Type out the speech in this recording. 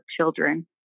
children